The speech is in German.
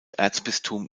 erzbistum